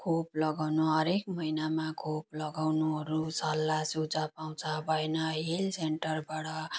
खोप लगाउनु हरेक महिनमा खोप लगाउनुहरू सल्लाह सुझाउ आउँछ भएन हेल्थ सेन्टरबाट